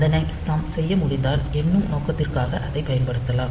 அதனை நாம் செய்ய முடிந்தால் எண்ணும் நோக்கத்திற்காக அதைப் பயன்படுத்தலாம்